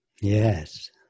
yes